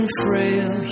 frail